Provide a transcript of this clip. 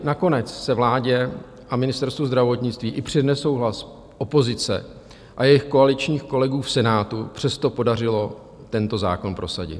Nakonec se vládě a Ministerstvu zdravotnictví i přes nesouhlas opozice a jejich koaličních kolegů v Senátu podařilo tento zákon prosadit.